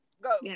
Go